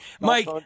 Mike